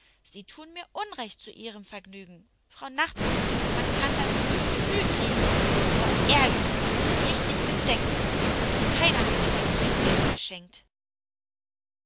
sie tun mir unrecht zu ihrem vergnügen frau nachtfee man kann das lütütü kriegen vor ärger wenn man es richtig bedenkt und keiner hat mir ein trinkgeld geschenkt